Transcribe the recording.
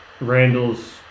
Randall's